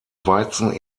weizen